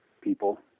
people